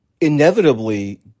inevitably